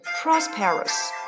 Prosperous